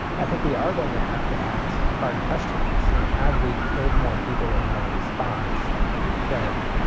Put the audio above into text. i think we are going to have to ask hard questions. have we killed more people in our response than.